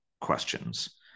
questions